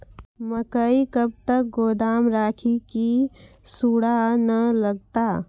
मकई कब तक गोदाम राखि की सूड़ा न लगता?